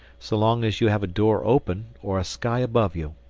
so long as you have a door open or a sky above you.